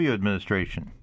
administration